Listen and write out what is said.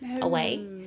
away